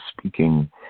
speaking